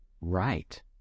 right